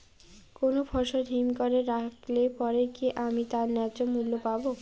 কোনো ফসল হিমঘর এ রাখলে পরে কি আমি তার ন্যায্য মূল্য পাব?